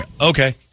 Okay